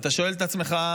ואתה שואל את עצמך,